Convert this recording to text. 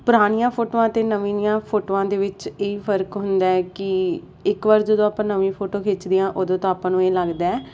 ਪੁਰਾਣੀਆਂ ਫੋਟੋਆਂ ਅਤੇ ਨਵੀਆਂ ਫੋਟੋਆਂ ਦੇ ਵਿੱਚ ਇਹ ਹੀ ਫ਼ਰਕ ਹੁੰਦਾ ਹੈ ਕਿ ਇੱਕ ਵਾਰ ਜਦੋਂ ਆਪਾਂ ਨਵੀਂ ਫੋਟੋ ਖਿੱਚਦੇ ਹਾਂ ਉਦੋਂ ਤਾਂ ਆਪਾਂ ਨੂੰ ਇਹ ਲੱਗਦਾ ਹੈ